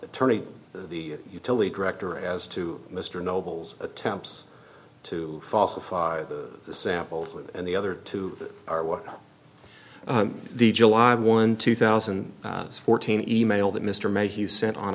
attorney the utility director as to mr noble's attempts to falsify the samples and the other two are what the july of one two thousand and fourteen e mail that mr